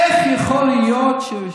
מה שמפריע לי: איך יכול להיות שאנחנו